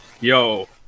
yo